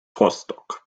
rostock